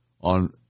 on